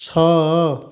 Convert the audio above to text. ଛଅ